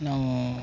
ನಾವು